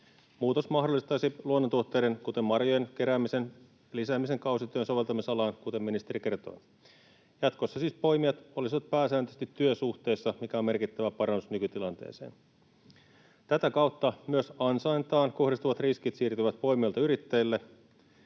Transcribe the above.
Muutos mahdollistaisi luonnontuotteiden, kuten marjojen, keräämisen lisäämisen kausityön soveltamisalaan, kuten ministeri kertoi. Jatkossa siis poimijat olisivat pääsääntöisesti työsuhteessa, mikä on merkittävä parannus nykytilanteeseen. Tätä kautta myös ansaintaan kohdistuvat riskit siirtyvät poimijoilta yrittäjille.